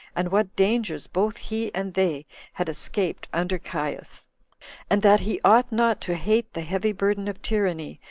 and what dangers both he and they had escaped under caius and that he ought not to hate the heavy burden of tyranny,